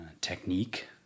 technique